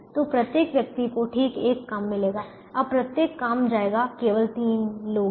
तो प्रत्येक व्यक्ति को ठीक 1 काम मिलेगा अब प्रत्येक काम जाएगा केवल 3 लोग हैं